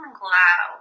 glow